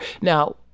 Now